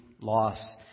Loss